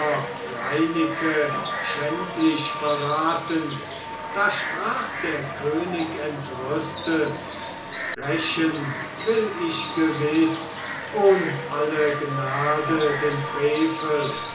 reineke schändlich verraten da sprach der könig entrüstet rächen will ich gewiß ohn alle gnade den frevel